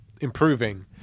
improving